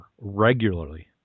regularly